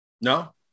No